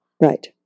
Right